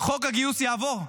חוק הגיוס יעבור.